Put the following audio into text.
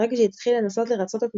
ברגע שהיא תתחיל לנסות לרצות את מבקריה,